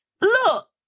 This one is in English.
Look